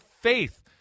faith